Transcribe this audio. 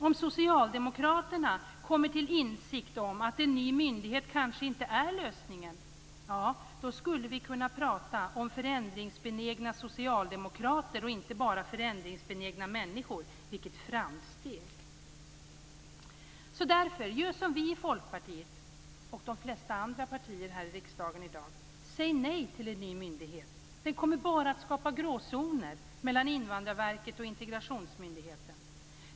Om socialdemokraterna kommer till insikt om att en ny myndighet kanske inte är lösningen - då skulle vi kunna prata om förändringsbenägna socialdemokrater och inte bara förändringsbenägna människor. Vilket framsteg! Gör därför som vi i Folkpartiet och de flesta andra partier här i riksdagen i dag: Säg nej till en ny myndighet! Den kommer bara att skapa gråzoner mellan Invandrarverket och Integrationsmyndigheten.